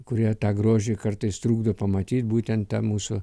kurie tą grožį kartais trukdo pamatyt būtent ta tą mūsų